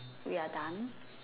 we're done